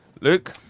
luke